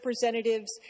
representatives